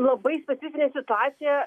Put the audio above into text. labai specifinė situacija